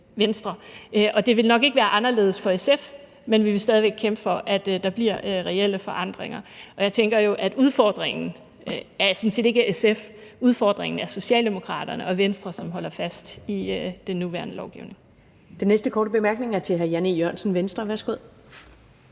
Venstre, og det vil nok ikke være anderledes for SF. Men vi vil stadig væk kæmpe for, at der bliver reelle forandringer, og jeg tænker jo sådan set, at udfordringen ikke er SF. Udfordringen er Socialdemokraterne og Venstre, som holder fast i den nuværende lovgivning. Kl. 17:16 Første næstformand (Karen Ellemann): Den næste korte bemærkning er til hr. Jan E. Jørgensen, Venstre. Værsgo.